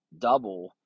double